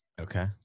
Okay